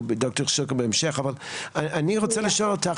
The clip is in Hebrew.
אני רוצה לשאול אותך,